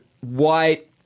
white